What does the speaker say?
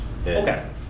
Okay